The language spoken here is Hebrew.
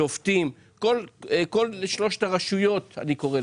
שופטים צריך להיות